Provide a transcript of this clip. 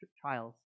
trials